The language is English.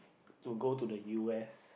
to go to the u_s